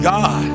God